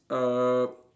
uh